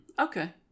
okay